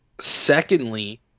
secondly